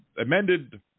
amended